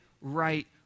right